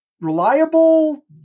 reliable